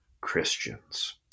Christians